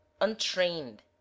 untrained